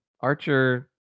archer